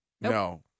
No